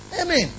Amen